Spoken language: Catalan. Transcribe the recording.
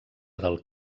del